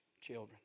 children